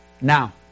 now